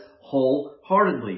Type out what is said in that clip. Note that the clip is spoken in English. wholeheartedly